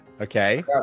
Okay